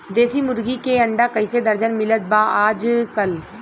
देशी मुर्गी के अंडा कइसे दर्जन मिलत बा आज कल?